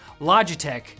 Logitech